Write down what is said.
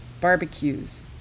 barbecues